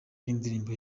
y’indirimbo